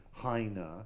Heiner